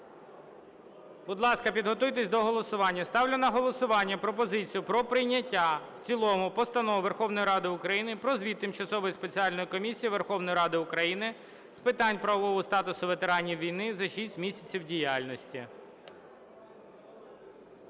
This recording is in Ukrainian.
Будь ласка, підготуйтесь до голосування. Ставлю на голосування пропозицію про прийняття в цілому Постанови Верховної Ради України "Про звіт Тимчасової спеціальної комісії Верховної Ради України з питань правового статусу ветеранів війни за шість місяців діяльності"